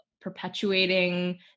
perpetuating